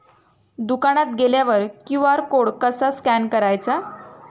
दुकानात गेल्यावर QR code कसा स्कॅन करायचा?